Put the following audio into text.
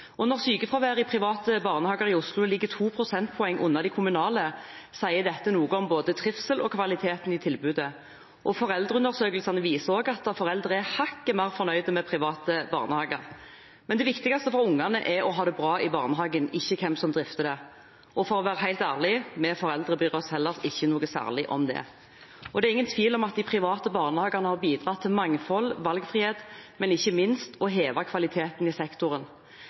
Når sykefraværet i private barnehager i Oslo ligger to prosentpoeng under de kommunale, sier dette noe om både trivsel og kvaliteten i tilbudet, og foreldreundersøkelsene viser også at foreldre er hakket mer fornøyd med private barnehager. Men det viktigste for ungene er å ha det bra i barnehagen, ikke hvem som drifter den – og for å være helt ærlig: Vi foreldre bryr oss heller ikke noe særlig om det. Det er ingen tvil om at de private barnehagene har bidratt til mangfold, valgfrihet og ikke minst å heve kvaliteten i sektoren.